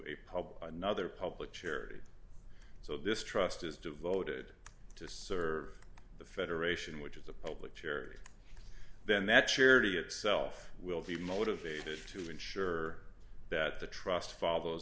a pub another public charity so this trust is devoted to serve the federation which is a public charity then that charity itself will be motivated to ensure that the trust follow